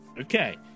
Okay